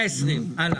120. הלאה.